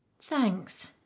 Thanks